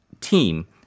team